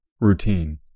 routine